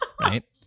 right